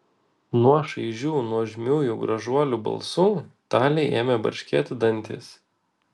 nuo šaižių nuožmiųjų gražuolių balsų talei ėmė barškėti dantys